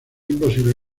imposible